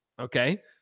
Okay